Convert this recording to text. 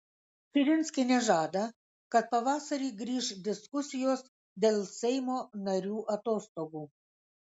širinskienė žada kad pavasarį grįš diskusijos dėl seimo narių atostogų